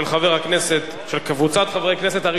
של קבוצת חברי הכנסת,